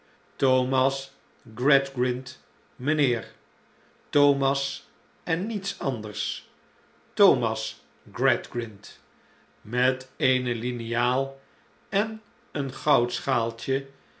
thomas gradgrind mijnheer thomas en niets anders thomas gradgrind met eene liniaal en een